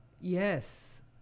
Yes